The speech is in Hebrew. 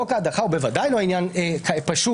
חוק ההדחה הוא בוודאי לא עניין פשוט,